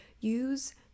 use